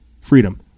freedom